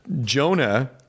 Jonah